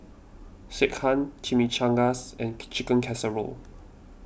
Sekihan Chimichangas and Chicken Casserole